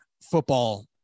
football